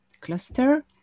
cluster